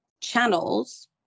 channels